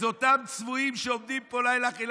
אלה אותם צבועים שעומדים פה לילה אחרי